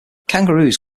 kangaroos